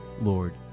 Lord